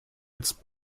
its